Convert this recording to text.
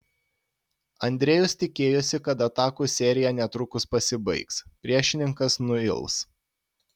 andrejus tikėjosi kad atakų serija netrukus pasibaigs priešininkas nuils